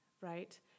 Right